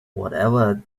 whatever